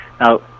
Now